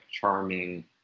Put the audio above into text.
charming